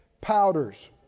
powders